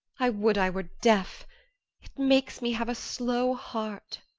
i would i were deaf it makes me have a slow heart.